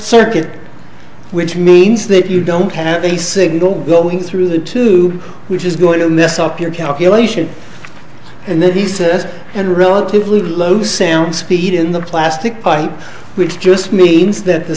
circuit which means that you don't have a signal going through the tube which is going to mess up your calculation and that he says had a relatively low sound speed in the plastic pipe which just means that the